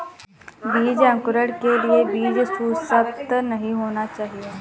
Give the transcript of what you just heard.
बीज अंकुरण के लिए बीज सुसप्त नहीं होना चाहिए